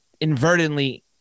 inadvertently